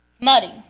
muddy